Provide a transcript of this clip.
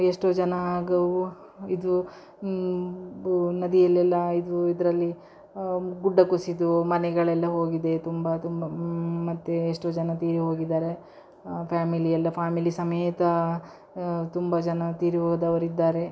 ಎಷ್ಟೋ ಜನ ಗೌ ಇದು ಬು ನದಿಯಲ್ಲೆಲ್ಲ ಇದು ಇದರಲ್ಲಿ ಗುಡ್ಡ ಕುಸಿದು ಮನೆಗಳೆಲ್ಲ ಹೋಗಿದೆ ತುಂಬ ತುಂಬ ಮತ್ತು ಎಷ್ಟೋ ಜನ ತೀರಿ ಹೋಗಿದ್ದಾರೆ ಫ್ಯಾಮಿಲಿ ಎಲ್ಲ ಫ್ಯಾಮಿಲಿ ಸಮೇತ ತುಂಬ ಜನ ತೀರಿ ಹೋದವರಿದ್ದಾರೆ